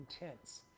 intense